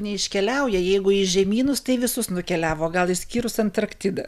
neiškeliauja jeigu į žemynus tai visus nukeliavo gal išskyrus antarktidą